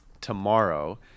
tomorrow